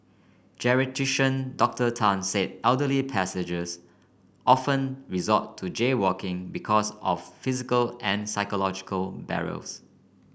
Geriatrician Doctor Tan said elderly pedestrians often resort to jaywalking because of physical and psychological barriers